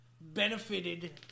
benefited